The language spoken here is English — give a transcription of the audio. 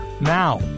now